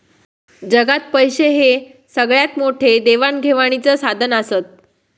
जगात पैशे हे सगळ्यात मोठे देवाण घेवाणीचा साधन आसत